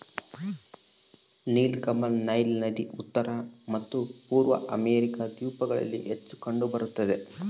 ನೀಲಕಮಲ ನೈಲ್ ನದಿ ಉತ್ತರ ಮತ್ತು ಪೂರ್ವ ಅಮೆರಿಕಾ ದ್ವೀಪಗಳಲ್ಲಿ ಹೆಚ್ಚು ಕಂಡು ಬರುತ್ತದೆ